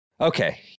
Okay